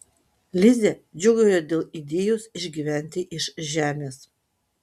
lizė džiūgauja dėl idėjos išgyventi iš žemės